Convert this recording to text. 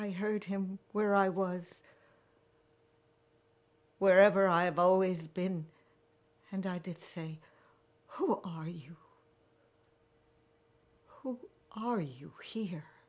i heard him where i was wherever i have always been and i did say who are you who are you here